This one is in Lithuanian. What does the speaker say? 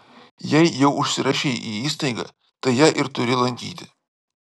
jei jau užsirašei į įstaigą tai ją ir turi lankyti